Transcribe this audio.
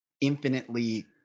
infinitely